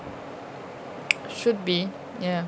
should be ya